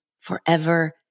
forever